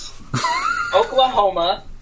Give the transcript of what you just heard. Oklahoma